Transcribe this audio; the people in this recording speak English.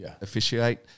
officiate